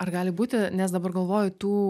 ar gali būti nes dabar galvoju tų